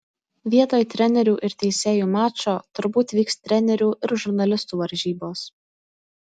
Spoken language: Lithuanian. vietoj trenerių ir teisėjų mačo turbūt vyks trenerių ir žurnalistų varžybos